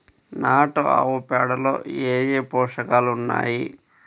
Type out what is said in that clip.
నాటు ఆవుపేడలో ఏ ఏ పోషకాలు ఉన్నాయి?